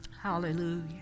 Hallelujah